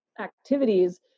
activities